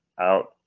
out